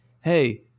hey